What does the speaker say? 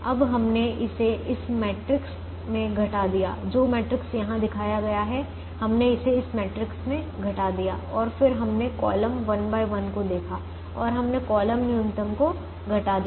अब हमने इसे इस मैट्रिक्स में घटा दिया जो मैट्रिक्स यहाँ दिखाया गया है हमने इसे इस मैट्रिक्स में घटा दिया और फिर हमने कॉलम 11 को देखा और हमने कॉलम न्यूनतम को घटा दिया